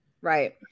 Right